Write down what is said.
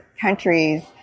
countries